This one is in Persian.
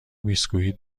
بیسکوییت